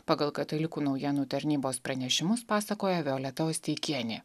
pagal katalikų naujienų tarnybos pranešimus pasakoja violeta osteikienė